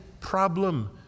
problem